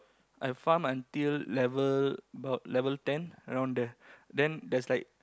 I farm until level about level ten around there then there's like